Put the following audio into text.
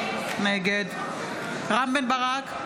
נגד רם בן ברק,